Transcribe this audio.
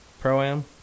pro-am